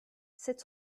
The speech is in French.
sept